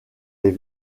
les